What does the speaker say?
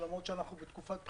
שלמרות שאנחנו בתקופת בחירות,